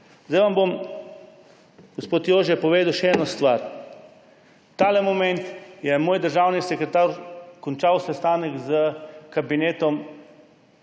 Zdaj vam bom, gospod Jože, povedal še eno stvar. Ta moment je moj državni sekretar končal sestanek z evropskim